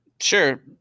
Sure